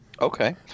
Okay